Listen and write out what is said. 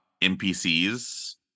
NPCs